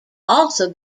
also